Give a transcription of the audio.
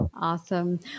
Awesome